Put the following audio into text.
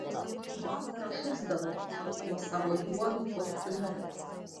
vasarą šusdavo po tuo savo juodu kostiumu